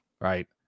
Right